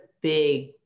big